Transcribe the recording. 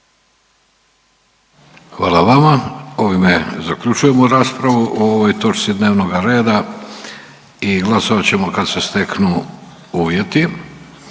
sve rasprave i zaključujem raspravu po ovoj točki dnevnog reda i glasovat ćemo kad se steknu uvjeti.